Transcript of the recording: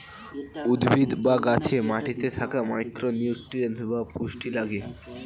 উদ্ভিদ বা গাছে মাটিতে থাকা মাইক্রো নিউট্রিয়েন্টস বা পুষ্টি লাগে